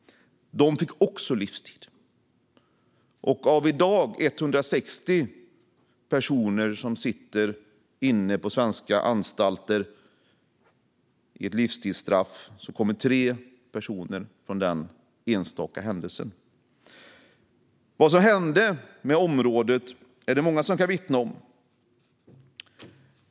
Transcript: De fick också livstid. Av de 160 personer som i dag sitter inne på livstid på svenska anstalter har 3 koppling till den enstaka händelsen. Vad som hände med området kan många vittna om.